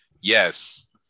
Yes